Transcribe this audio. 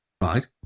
Right